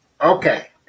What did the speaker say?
Okay